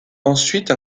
ensuite